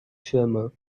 firma